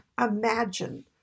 imagine